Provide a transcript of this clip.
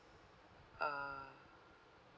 uh